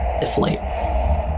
deflate